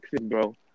bro